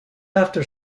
after